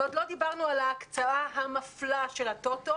ועוד לא דיברנו על ההקצאה המפלה של הטוטו